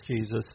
Jesus